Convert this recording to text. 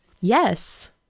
Yes